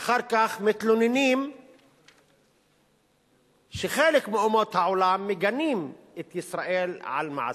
ואחר כך מתלוננים שחלק מאומות העולם מגנות את ישראל על מעשיה.